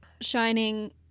shining